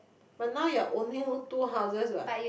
but now you are owning two houses what